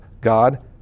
God